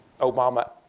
Obama